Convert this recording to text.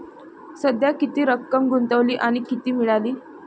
सध्या किती रक्कम गुंतवली आणि किती मिळाली